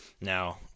Now